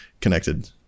connected